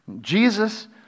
Jesus